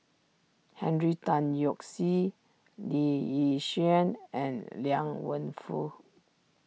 Henry Tan Yoke See Lee Yi Shyan and Liang Wenfu